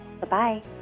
bye-bye